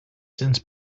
since